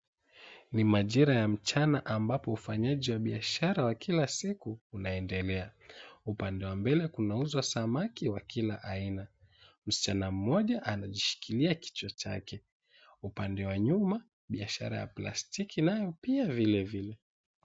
Ni majira ya mchana ambapo ufanyaji wa biashara wa kila siku unaendelea, upande wa mbele kunauzwa samaki wa kila aina, msichana mmoja ameshikilia kichwa chake, upande wa nyuma biashara ya plastiki nayo vilevile.